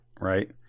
Right